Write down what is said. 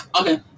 Okay